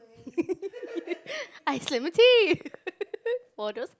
ice lemon tea water